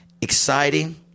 Exciting